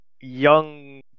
young